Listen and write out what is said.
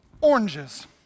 oranges